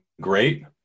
great